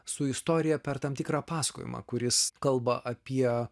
su istorija per tam tikrą pasakojimą kuris kalba apie